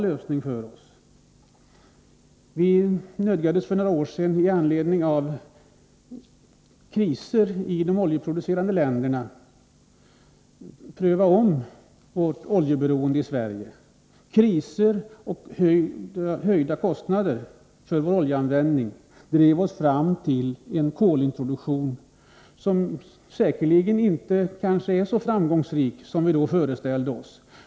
För några år sedan nödgades vi här i Sverige med anledning av kriser i de oljeproducerande länderna ompröva vårt oljeberoende. Kriser och höjda kostnader för vår oljeanvändning drev oss fram till en kolintroduktion, som kanske inte är så framgångsrik som vi då föreställde oss.